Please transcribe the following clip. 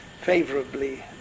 favorably